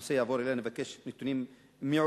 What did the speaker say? שהנושא יעבור אליה, נבקש נתונים מעודכנים,